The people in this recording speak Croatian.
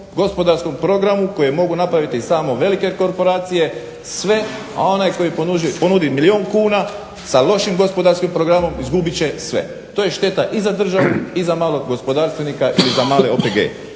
gospodarskom programu koje mogu napraviti samo velike korporacije sve, a onaj koji ponudi milijun kuna sa lošim gospodarskim programom izgubit će sve. To je šteta i za državu, i za malog gospodarstvenika ili za male OPG-e.